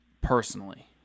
personally